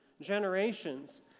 Generations